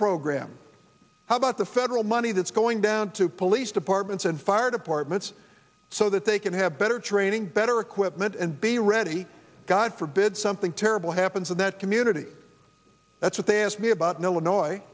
program how about the federal money that's going down to police departments and fire departments so that they can have better training better equipment and be ready god forbid something terrible happens in that community that's what they asked me about